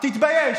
תתבייש.